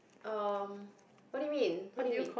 um what you mean what you mean